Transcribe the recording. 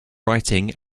writing